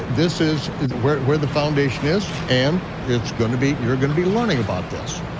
this is is where where the foundation is and it's gonna be, you're gonna be learning about this.